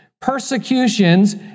persecutions